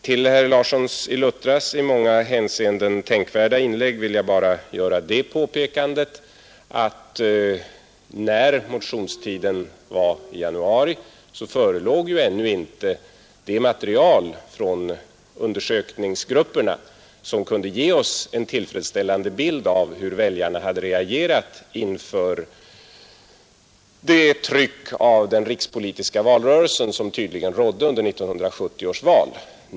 Till herr Larssons i Luttra i många hänseenden tänkvärda inlägg vill jag bara göra det påpekandet, att vid motionstiden i januari förelåg ännu inte det material från undersökningsgrupperna som kunde ge oss en tillfredsställande bild av hur väljarna hade reagerat inför det tryck av den rikspolitiska valrörelsen som tydligen rådde under 1970 års val.